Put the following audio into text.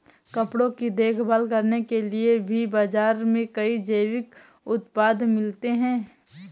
कपड़ों की देखभाल करने के लिए भी बाज़ार में कई जैविक उत्पाद मिलते हैं